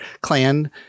clan